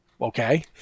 okay